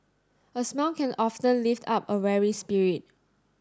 a smile can often lift up a weary spirit